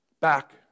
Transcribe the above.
back